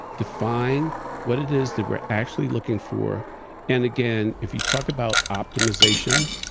define what it is that we're actually looking for and again, if you talk about optimization,